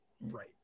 Right